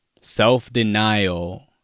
Self-denial